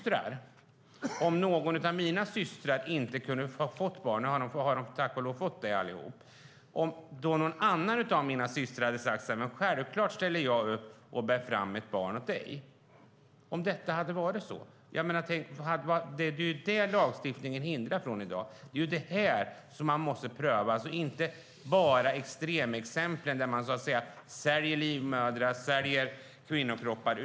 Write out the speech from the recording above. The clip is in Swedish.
Tänk om någon av mina systrar inte hade kunnat få barn - nu har de tack och lov fått det allihop - och någon annan av mina systrar hade sagt: Självklart ställer jag upp och bär fram ett barn åt dig. Om det hade varit så är det något som lagstiftningen i dag hindrar. Det är vad man måste pröva. Det handlar inte bara om extremexemplen där man säljer livmödrar och kvinnokroppar.